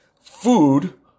food